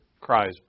cries